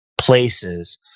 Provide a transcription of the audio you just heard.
Places